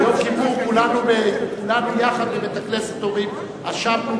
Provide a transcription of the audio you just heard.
ביום כיפור כולנו יחד אומרים בבית-הכנסת: אשמנו,